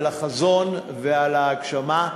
על החזון ועל ההגשמה.